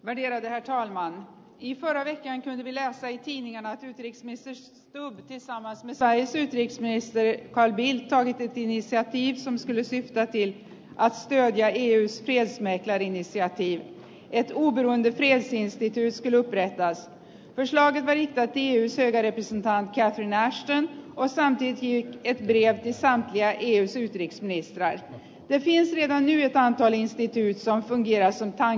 välierä jaetaan vaan hitaana ja nimillä äitiin ja ties mistä jo nyt ja sama vika esiintyy hensley kahville tai niissä viides on sylesin päätti asian jäihin jos meitä ihmisiä siitä että uhri i förra veckan kunde vi läsa i tidningarna att utrikesminister stubb tillsammans med sveriges utrikesminister carl bildt tagit ett initiativ som skulle syfta till att stödja eus fredsmäklarinitiativ